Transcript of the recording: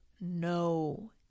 no